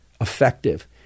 effective